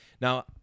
Now